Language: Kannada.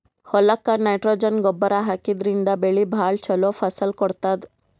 ಹೊಲಕ್ಕ್ ನೈಟ್ರೊಜನ್ ಗೊಬ್ಬರ್ ಹಾಕಿದ್ರಿನ್ದ ಬೆಳಿ ಭಾಳ್ ಛಲೋ ಫಸಲ್ ಕೊಡ್ತದ್